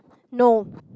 no